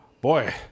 boy